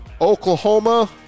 Oklahoma